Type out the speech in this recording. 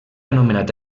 anomenat